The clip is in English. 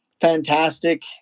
fantastic